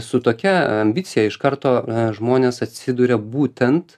su tokia ambicija iš karto žmonės atsiduria būtent